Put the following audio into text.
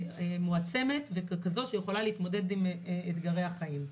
מועצמת, אחת שיכולה להתמודד עם אתגרי החיים.